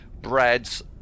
Brad's